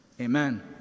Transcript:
amen